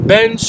Ben